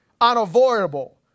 unavoidable